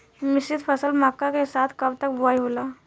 मिश्रित फसल मक्का के साथ कब तक बुआई होला?